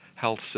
health